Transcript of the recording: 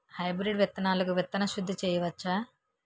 Hybrid విత్తనాలకు విత్తన శుద్ది చేయవచ్చ?